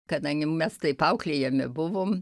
kadangi mes taip auklėjami buvom